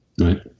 Right